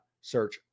Search